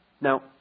Now